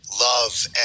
love